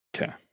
Okay